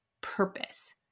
purpose